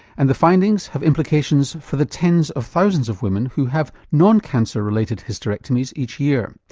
and the findings have implications for the tens of thousands of women who have non-cancer related hysterectomies each year.